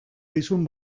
dizun